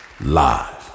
Live